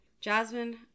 Jasmine